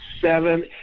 seven